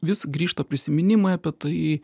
vis grįžta prisiminimai apie tai